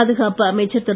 பாதுகாப்பு அமைச்சர் திரு